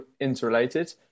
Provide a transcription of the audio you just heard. interrelated